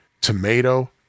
tomato